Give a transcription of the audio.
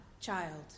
child